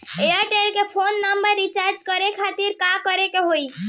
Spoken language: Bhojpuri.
एयरटेल के फोन नंबर रीचार्ज करे के खातिर का करे के होई?